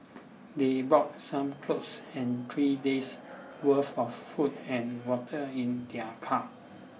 they brought some clothes and three days' worth of food and water in their car